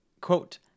Quote